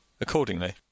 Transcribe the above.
accordingly